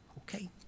Okay